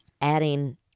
adding